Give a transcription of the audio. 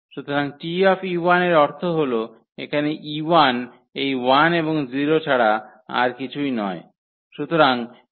সুতরাং T এর অর্থ হল এখানে e1 এই 1 এবং 0 ছাড়া আর কিছুই নয়